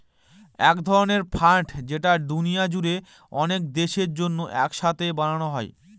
এক ধরনের ফান্ড যেটা দুনিয়া জুড়ে অনেক দেশের জন্য এক সাথে বানানো হয়